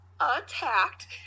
attacked